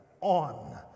on